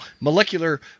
molecular